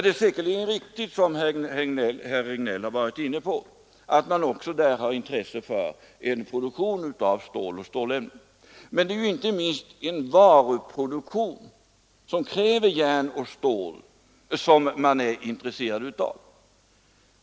Det är säkerligen riktigt, som herr Regnéll var inne på, att man också där har intresse för en produktion av stål och stålämnen. Men vad man inte minst är intresserad av är ju en varuproduktion som kräver järn och stål.